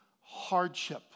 hardship